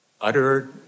utter